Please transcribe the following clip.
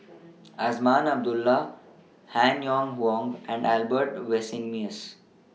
Azman Abdullah Han Yong Hong and Albert Winsemius